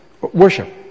worship